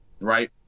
right